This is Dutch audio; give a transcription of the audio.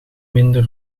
minder